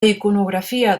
iconografia